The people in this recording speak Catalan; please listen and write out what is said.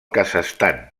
kazakhstan